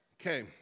Okay